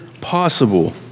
possible